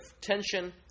tension